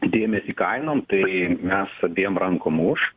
dėmesį kainom tai mes abiem rankom už